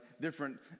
different